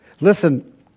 Listen